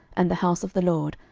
and the house of the lord,